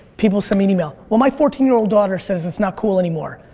people send me an email, well, my fourteen year old daughter says it's not cool anymore.